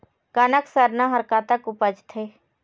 कनक सरना हर कतक उपजथे?